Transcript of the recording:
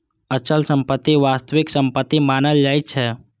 अचल संपत्ति वास्तविक संपत्ति मानल जाइ छै